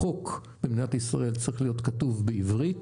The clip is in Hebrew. החוק במדינת ישראל צריך להיות כתוב בעברית,